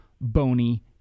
bony